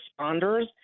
responders